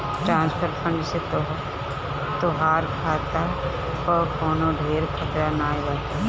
transfer fund से तोहार खाता पअ कवनो ढेर खतरा नाइ बाटे